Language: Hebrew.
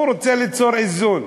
הוא רוצה ליצור איזון.